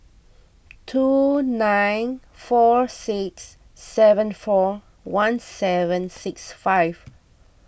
two nine four six seven four one seven six five